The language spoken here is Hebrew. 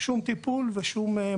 לא היה לזה שום טיפול ושום מענה.